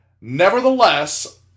Nevertheless